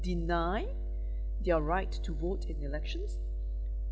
deny their right to vote in elections